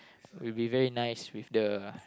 it'll be very nice with the